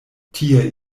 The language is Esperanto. tie